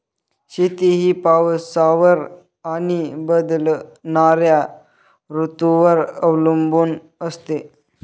शेती ही पावसावर आणि बदलणाऱ्या ऋतूंवर अवलंबून असते